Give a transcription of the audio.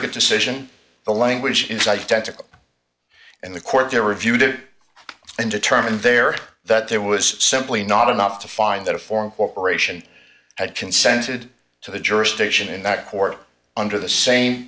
circuit decision the language is identical and the court there reviewed it and determined there that there was simply not enough to find that a foreign corporation had consented to the jurisdiction in that court under the same